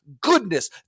goodness